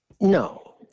No